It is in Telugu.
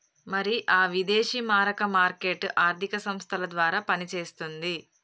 మరి ఆ విదేశీ మారక మార్కెట్ ఆర్థిక సంస్థల ద్వారా పనిచేస్తుంది